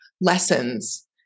lessons